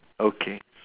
okay